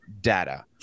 data